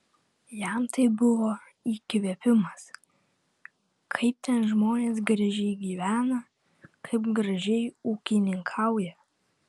jam tai buvo įkvėpimas kaip ten žmonės gražiai gyvena kaip gražiai ūkininkauja